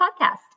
podcast